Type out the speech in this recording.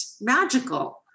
magical